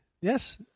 Yes